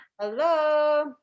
Hello